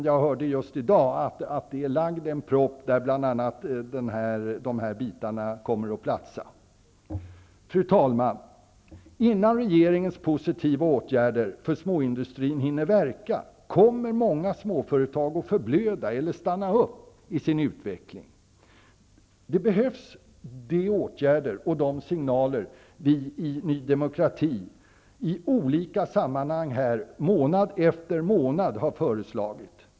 Jag hörde just i dag att en proposition har lagts fram där dessa förslag passar in. Fru talman! Innan regeringens positiva åtgärder för småindustrin hinner verka kommer många småföretag att förblöda eller att stanna upp i sin utveckling. De åtgärder och signaler vi i Ny demokrati i olika sammanhang månad efter månad föreslagit behövs.